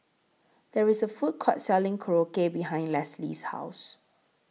There IS A Food Court Selling Korokke behind Leslee's House